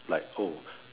like oh